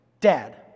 Dad